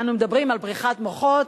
אנו מדברים על בריחת מוחות,